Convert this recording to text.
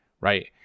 right